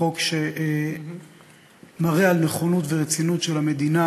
חוק שמראה נכונות ורצינות של המדינה